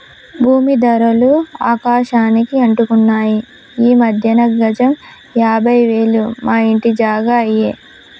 భూమీ ధరలు ఆకాశానికి అంటుతున్నాయి ఈ మధ్యన గజం యాభై వేలు మా ఇంటి జాగా అయ్యే